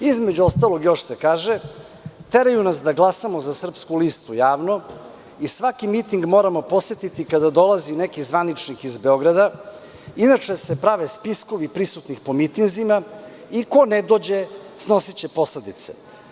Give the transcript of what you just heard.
Između ostalog još se kaže „teraju nas da glasamo za „Srpsku“ listu javno i svaki miting moramo posetiti kada dolazi neki zvaničnik iz Beograda, inače se prave spiskovi prisutnih po mitinzima i ko ne dođe, snosiće posledice.